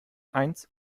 eins